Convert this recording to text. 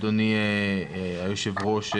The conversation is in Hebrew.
אדוני היושב ראש,